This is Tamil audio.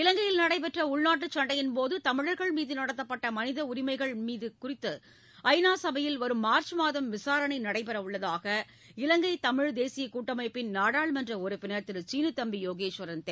இலங்கையில் நடைபெற்ற உள்நாட்டு சண்டையின் போது தமிழர்கள் மீது நடத்தப்பட்ட மனித உரிமை மீறல்கள் குறிதது ஐநா சபையில் வரும் மார்ச் மாதம் விசாரணை நடைபெற உள்ளதாக இலங்கை தமிழ் தேசியக் கூட்டமைப்பின் நாடாளுமன்ற உறுப்பினர் திரு சீனித்தம்பி யோகேஸ்வரன் தெரிவித்துள்ளார்